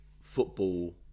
football